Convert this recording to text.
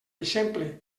exemple